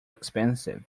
expensive